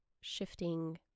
shifting